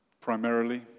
primarily